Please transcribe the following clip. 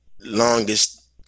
longest